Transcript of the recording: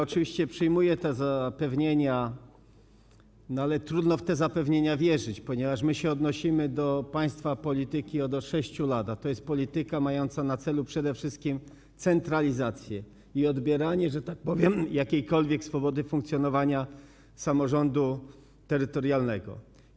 Oczywiście przyjmuję te zapewnienia, ale trudno w nie wierzyć, ponieważ odnosimy się do państwa polityki od 6 lat, a jest to polityka mająca na celu przede wszystkim centralizację i odbieranie, że tak powiem, jakiejkolwiek swobody funkcjonowania samorządowi terytorialnemu.